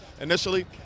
initially